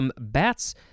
Bats